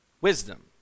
wisdom